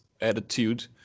attitude